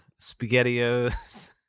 SpaghettiOs